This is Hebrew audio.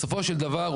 בסופו של דבר,